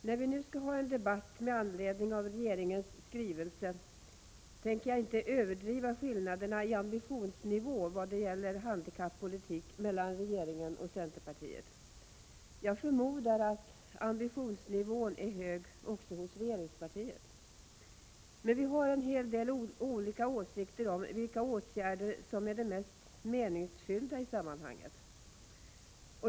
Herr talman! När vi nu har en debatt med anledning av regeringens skrivelse tänker jag inte överdriva skillnaderna i ambitionsnivå vad gäller handikappolitik mellan regeringen och centerpartiet. Jag förmodar att ambitionsnivån är hög också hos regeringspartiet. Men vi har en hel del olika åsikter om vilka åtgärder som är de mest meningsfyllda i sammanhanget.